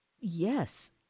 Yes